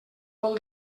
vol